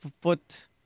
foot